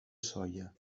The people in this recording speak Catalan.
soia